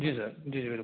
जी sir जी बिलकुल